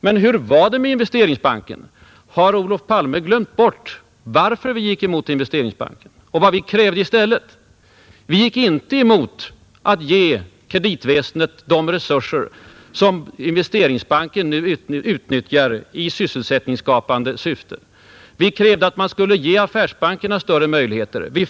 Men hur var det med Investeringsbanken? Har Olof Palme glömt bort varför vi gick emot banken och vad vi krävde i stället? Vi gick inte emot att ge kreditväsendet de resurser som Investeringsbanken nu utnyttjar i sysselsättningsskapande syfte. Vi krävde att man skulle ge affärsbankerna större låneoch investeringsmöjligheter.